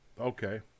Okay